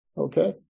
Okay